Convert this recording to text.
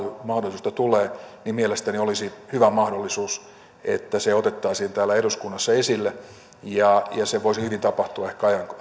mahdollisuudesta tulee mielestäni olisi hyvä mahdollisuus että se otettaisiin täällä eduskunnassa esille ja se voisi ehkä hyvin tapahtua